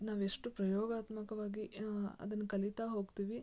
ನಾವು ಎಷ್ಟು ಪ್ರಯೋಗಾತ್ಮಕವಾಗಿ ಅದನ್ನು ಕಲೀತಾ ಹೋಗ್ತೀವಿ